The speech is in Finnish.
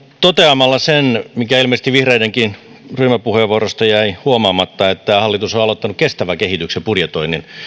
toteamalla sen mikä ilmeisesti vihreidenkin ryhmäpuheenvuorossa jäi huomaamatta että hallitus on aloittanut kestävän kehityksen budjetoinnin